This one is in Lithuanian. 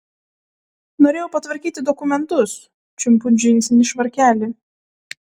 norėjau patvarkyti dokumentus čiumpu džinsinį švarkelį